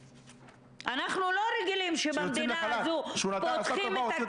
אנחנו לא רגילים שבמדינה הזו פותחים את